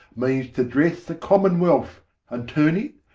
meanes to dresse the common-wealth and turne it,